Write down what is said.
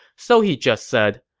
so he just said,